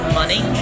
money